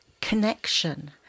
connection